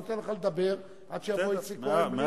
אני נותן לך לדבר עד שיבוא איציק כהן,